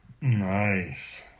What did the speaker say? Nice